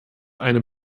eine